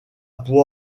pour